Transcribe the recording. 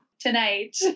Tonight